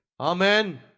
Amen